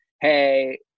hey